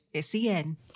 SEN